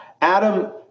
adam